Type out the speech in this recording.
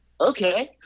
okay